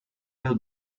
will